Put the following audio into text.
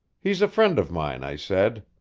he's a friend of mine, i said.